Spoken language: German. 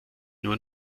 nur